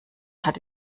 hatte